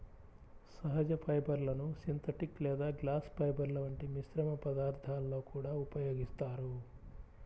సహజ ఫైబర్లను సింథటిక్ లేదా గ్లాస్ ఫైబర్ల వంటి మిశ్రమ పదార్థాలలో కూడా ఉపయోగిస్తారు